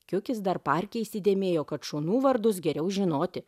kiukis dar parke įsidėmėjo kad šunų vardus geriau žinoti